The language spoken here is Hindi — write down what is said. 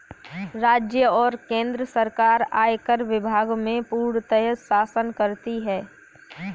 राज्य और केन्द्र सरकार आयकर विभाग में पूर्णतयः शासन करती हैं